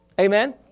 Amen